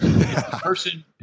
Person